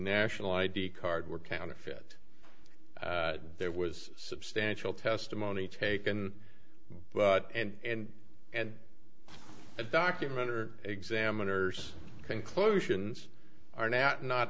national i d card were counterfeit there was substantial testimony taken but and and that document or examiners conclusions are not not